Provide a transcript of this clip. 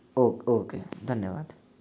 okay okay धन्यवाद